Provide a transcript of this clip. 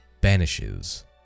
banishes